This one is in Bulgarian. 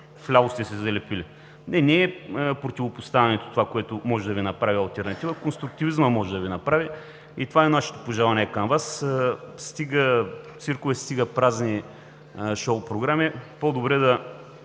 вляво сте си залепили. Не, не е противопоставянето това, което може да Ви направи алтернатива, конструктивизмът може да Ви направи и това е нашето пожелание към Вас. Стига циркове, стига празни шоу програми, по-добре да